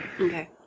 Okay